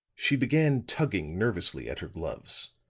she began tugging nervously at her gloves,